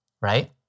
right